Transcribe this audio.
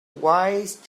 wise